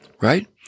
Right